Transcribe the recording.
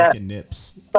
Nips